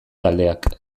taldeak